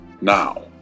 Now